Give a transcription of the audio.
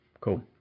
Cool